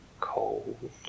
cold